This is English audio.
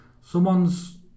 someone's